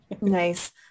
Nice